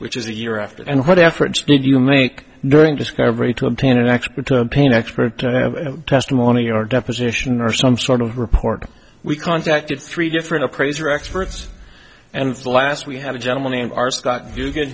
which is the year after and what efforts did you make during discovery to obtain an expert pain expert testimony or deposition or some sort of report we contacted three different appraiser experts and the last we have a gentleman in our stock you get